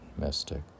mystic